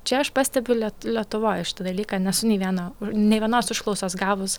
čia aš pastebiu lietuvoj šitą dalyką nesu nei viena nei vienos užklausos gavus